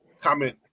comment